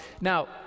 Now